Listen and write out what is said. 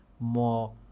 more